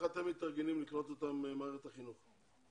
איך אתם מתארגנים לקלוט אותם במערכת החינוך.